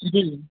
जी